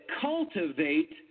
cultivate